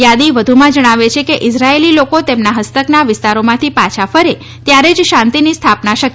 યાદી વધુમાં જણાવે છે કે ઇઝરાયેલી લોકો તેમના હસ્તકના વિસ્તારોમાંથી પાછા ફરે ત્યારે જ શાંતિની સ્થાપના શક્ય બનશે